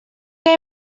que